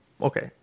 Okay